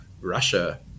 Russia